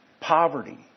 Poverty